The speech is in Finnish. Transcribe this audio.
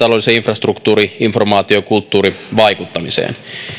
infrastruktuuri informaatio ja kulttuurivaikuttamiseen